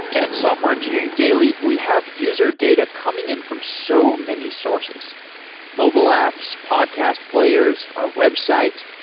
at software engineering daily, we have user data coming in from so many sources mobile apps, podcast players, our website,